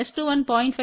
S21 S210